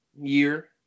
year